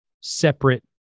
separate